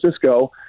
Francisco